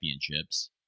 championships